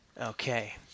Okay